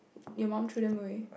your mum threw them away